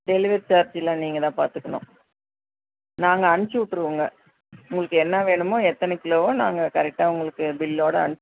delivery charge எல்லாம் நீங்கள் தான் பார்த்துக்கணும் நாங்கள் அனுப்பிச்சி விட்ருவோங்க உங்களுக்கு என்ன வேணுமோ எத்தனை கிலோவோ நாங்கள் கரெக்ட்டாக உங்களுக்கு பில்லோட அனுப்